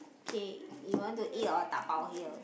okay you want to eat or dabao here